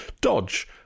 Dodge